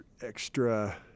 extra –